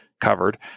covered